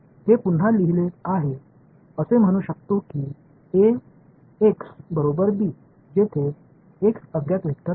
तर मी हे पुन्हा लिहिले आहे असे म्हणू शकतो की Ax बरोबर b जेथे एक्स अज्ञात वेक्टर आहे